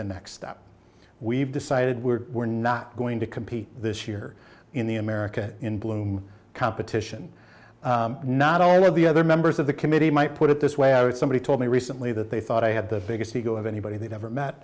the next step we've decided we're we're not going to compete this year in the america in bloom competition not only of the other members of the committee might put it this way i would somebody told me recently that they thought i had the biggest ego of anybody they've ever met